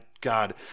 God